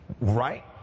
right